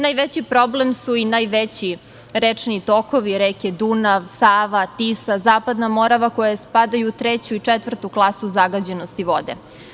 Najveći problem su i najveći rečni tokovi reke Dunav, Sava, Tisa, Zapadna Morava, koje spadaju u treću i četvrtu klasu zagađenosti vode.